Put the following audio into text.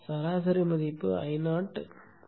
சராசரி மதிப்பு Io மதிப்பாக இருக்கும்